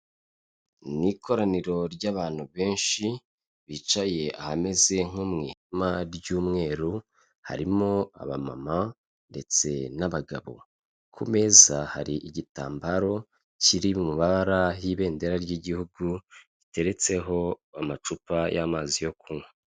Ni ikoraniro ry'abantu benshi bicaye ahameze nko mu ihema ry'umweru, harimo abamama ndetse n'abagabo, ku meza hari igitambaro kiri mu mabara y'ibendera ry'igihugu, giteretseho amacupa y'amazi yo kunywa.